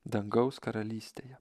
dangaus karalystėje